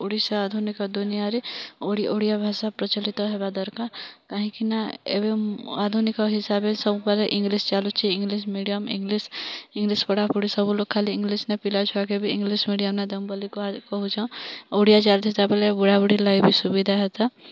ଓଡ଼ିଶା ଆଧୁନିକ ଦୁନିଆରେ ଓଡ଼ିଆ ଭାଷା ପ୍ରଚଳିତ ହେବା ଦରକାର୍ କାହିଁକିନା ଏବେ ଆଧୁନିକ ହିସାବରେ ସବୁବେଳେ ଇଂଗ୍ଲିଶ୍ ଚାଲୁଛି ଇଂଗ୍ଲିଶ୍ ମିଡ଼ିଅମ୍ ଇଂଗ୍ଲିଶ୍ ଇଂଗ୍ଲିଶ୍ ପଢ଼ାପଢ଼ି ସବୁ ଲୋକ୍ ଖାଲି ଇଂଗ୍ଲିଶ୍ନେ ପିଲା ଛୁଆକେ ବି ଇଂଗ୍ଲିଶ୍ ମିଡ଼ିଅମ୍ନେ ଦେମୁ ବୋଲି କହୁଛନ୍ ଓଡ଼ିଆ ଚାଲିଥିତା ବେଲେ ବୁଢ଼ାବୁଢ଼ୀ ଲାଗି ବି ସୁବିଧା ହେତା